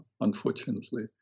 unfortunately